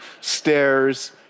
stairs